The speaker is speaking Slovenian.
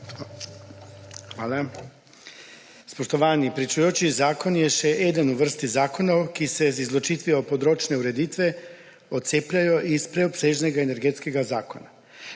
Hvala. Spoštovani! Pričujoči zakon je še eden v vrsti zakonov, ki se z izločitvijo področne ureditve odcepljajo iz preobsežnega Energetskega zakona.